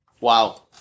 Wow